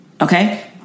Okay